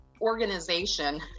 organization